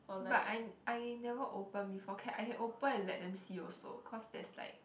but I I never opened for cap I open and let them see also cause there's like